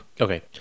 Okay